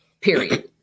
Period